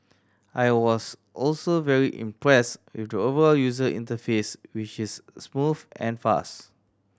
I was also very impressed with the overall user interface which is smooth and fast